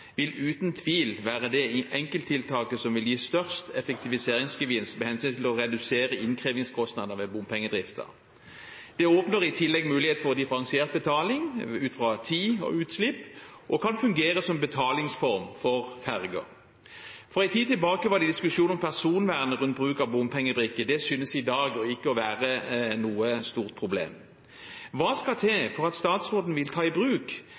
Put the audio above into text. vil uten tvil være det enkelttiltaket som vil gi størst effektiviseringsgevinst med hensyn til å redusere innkrevingskostnader ved bompengedriften. Det åpner i tillegg muligheten for differensiert betaling ut fra tid og utslipp og kan fungere som betalingsform for ferger. For en tid tilbake var det diskusjon om personvernet rundt bruk av bompengebrikke. Det synes i dag ikke å være noe stort problem. Hva skal til for at statsråden vil ta i bruk